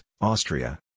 Austria